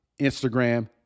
Instagram